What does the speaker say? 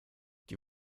die